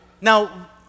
Now